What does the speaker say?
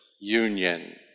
union